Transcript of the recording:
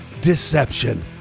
Deception